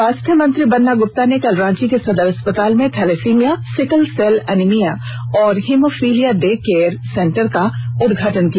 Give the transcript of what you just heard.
स्वास्थ्य मंत्री बन्ना गुप्ता ने कल रांची के सदर अस्पताल में थैलेसिमिया सिकल सेल एनीमिया और हीमोफीलिया डे केयर सेंटर का उद्घाटन किया